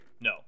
No